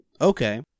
okay